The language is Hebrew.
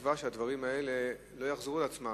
בתקווה שהדברים האלה לא יחזרו על עצמם.